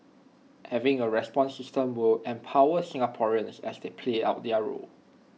having A response system would empower Singaporeans as they play out their role